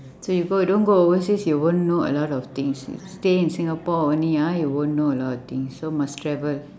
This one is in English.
so you go don't go overseas you won't know a lot of things you stay in singapore only ah you won't know a lot of things so must travel